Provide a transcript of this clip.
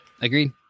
Agreed